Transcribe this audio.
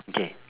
okay